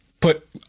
put